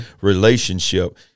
relationship